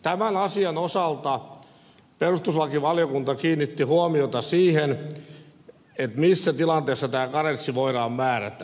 tämän asian osalta perustuslakivaliokunta kiinnitti huomiota siihen missä tilanteessa tämä karenssi voidaan määrätä